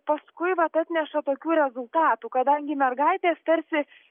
paskui vat atneša tokių rezultatų kadangi mergaitės tarsi